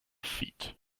feet